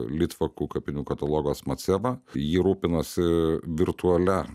litvakų kapinių katalogas maceva ji rūpinasi virtualia